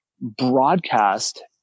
broadcast